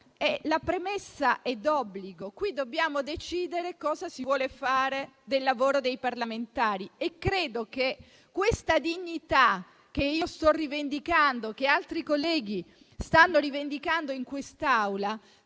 La premessa è d'obbligo: dobbiamo decidere cosa si vuole fare del lavoro dei parlamentari. Io credo che la dignità che sto rivendicando, e che altri colleghi stanno rivendicando in quest'Aula,